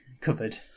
covered